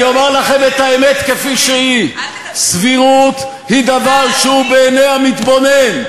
אני אומר לכם את האמת כפי שהיא: סבירות היא דבר שהוא בעיני המתבונן,